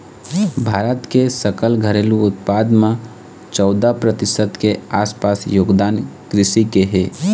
भारत के सकल घरेलू उत्पाद म चउदा परतिसत के आसपास योगदान कृषि के हे